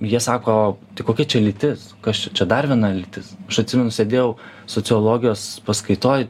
jie sako tai kokia čia lytis kas čia čia dar viena lytis aš atsimenu sėdėjau sociologijos paskaitoj